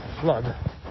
flood